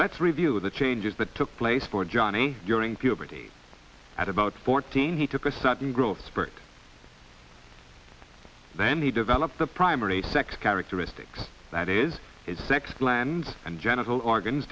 let's review the changes that took place for johnny during puberty at about fourteen he took a sudden growth spurt then he developed the primary sex characteristics that is his sex glands and genital organs